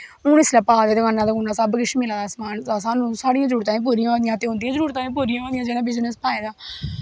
हून इसलै पा दे दकानां दकूना सब किश मिला दा समान साह्नू साढ़ियां जरूरतां बी पूरियां होआ दियां ते उंदियां जरूरताबी पूरियां होआ दियां जिनैं बिजनस पाए दा